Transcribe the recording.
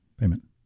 payment